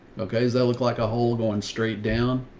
okay. does that look like a hole going straight down?